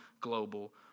global